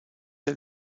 der